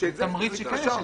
זה תמריץ שכן ישלם.